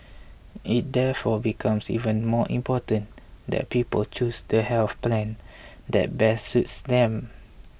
it therefore becomes even more important that people choose the health plan that best suits them